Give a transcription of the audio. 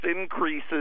increases